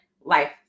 life